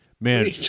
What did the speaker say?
Man